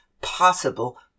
possible